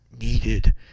needed